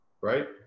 right